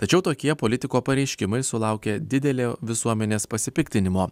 tačiau tokie politiko pareiškimai sulaukė didelio visuomenės pasipiktinimo